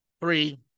Three